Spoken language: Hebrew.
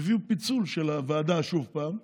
הביאו פיצול של הוועדה שוב פעם,